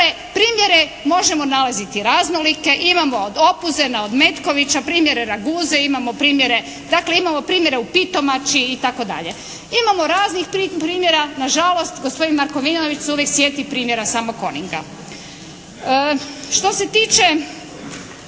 primjere možemo nalaziti raznolike, imamo od Opuzena, od Metkovića, primjere Raguse, imamo primjere, dakle imamo primjere u Pitomači itd. Imamo raznih primjera, na žalost gospodin Markovinović se uvijek sjeti primjera samo "Coninga". Što se tiče